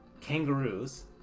Kangaroos